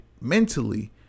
mentally